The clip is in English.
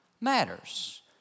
matters